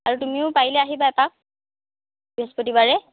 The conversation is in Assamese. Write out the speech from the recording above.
আৰু তুমিও পাৰিলে আহিবা এপাক বৃহস্পতিবাৰে